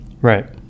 right